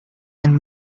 and